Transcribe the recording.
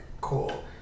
cool